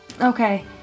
Okay